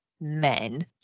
men